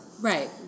Right